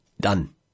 done